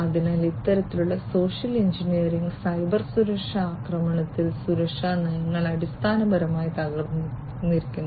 അതിനാൽ ഇത്തരത്തിലുള്ള social engineering cyber സുരക്ഷാ ആക്രമണത്തിൽ സുരക്ഷാ നയങ്ങൾ അടിസ്ഥാനപരമായി തകർന്നിരിക്കുന്നു